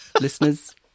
listeners